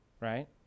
right